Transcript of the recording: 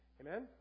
Amen